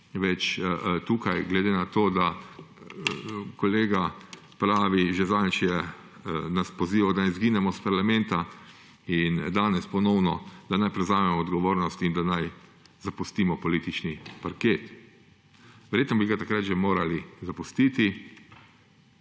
več tukaj, glede na to, da nas je kolega že zadnjič pozival, da naj izginemo iz parlamenta, in danes ponovno, da naj prevzamemo odgovornost in da naj zapustimo politični parket. Verjetno bi ga takrat že morali zapustiti.